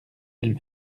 elle